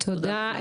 תודה.